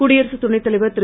குடியரசு துணை தலைவர் திரு